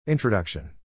Introduction